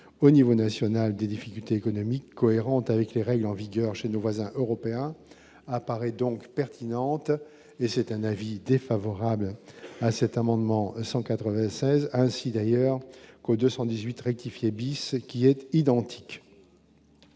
au niveau national, des difficultés économiques cohérentes avec les règles en vigueur chez nos voisins européens apparaît donc pertinente et c'est un avis défavorable à cet amendement 196 ainsi d'ailleurs que 218 rectifier bis qui est identique